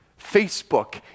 Facebook